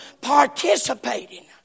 participating